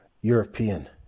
European